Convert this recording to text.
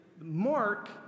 Mark